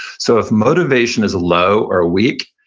so if motivation is low or weak,